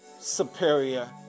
superior